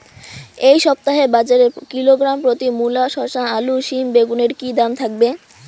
এই সপ্তাহে বাজারে কিলোগ্রাম প্রতি মূলা শসা আলু সিম বেগুনের কী দাম থাকবে?